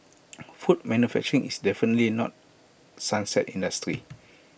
food manufacturing is definitely not sunset industry